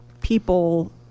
people